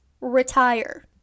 retire